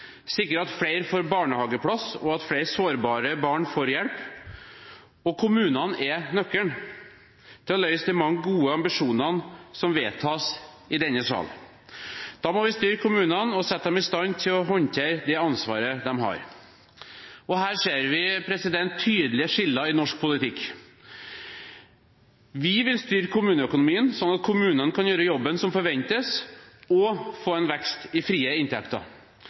sikre at flere får barnehageplass, og at flere sårbare barn får hjelp. Og kommunene er nøkkelen til å oppnå de mange gode ambisjonene som vedtas i denne sal. Da må vi styrke kommunene og sette dem i stand til å håndtere det ansvaret de har. Her ser vi tydelige skiller i norsk politikk. Vi vil styrke kommuneøkonomien slik at kommunene kan gjøre jobben som forventes, og få en vekst i frie inntekter,